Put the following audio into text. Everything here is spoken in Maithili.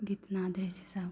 गीत नाद होइ छै सब किछो